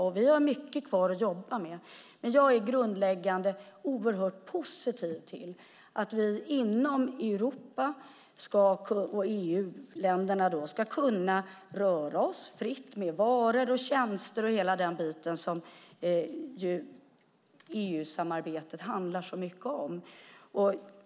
Vi har mycket kvar att jobba med, men jag är i grunden oerhört positiv till att vi ska kunna röra oss fritt inom EU-länderna med varor, tjänster och hela den biten, som EU-samarbetet handlar så mycket om.